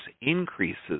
increases